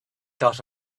dot